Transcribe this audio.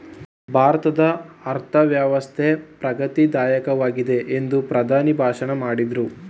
ಭಾರತದ ಅರ್ಥವ್ಯವಸ್ಥೆ ಪ್ರಗತಿ ದಾಯಕವಾಗಿದೆ ಎಂದು ಪ್ರಧಾನಿ ಭಾಷಣ ಮಾಡಿದ್ರು